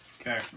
Okay